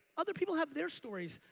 other people have their stories.